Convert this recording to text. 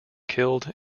killed